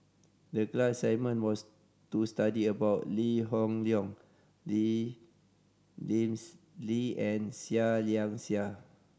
the class assignment was to study about Lee Hoon Leong Lee Lims Lee and Seah Liang Seah